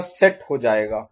यह सेट हो जाएगा